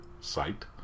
site